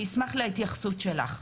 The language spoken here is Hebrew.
אני אשמח להתייחסות שלך.